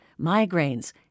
migraines